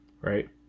right